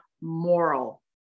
moral